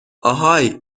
آهای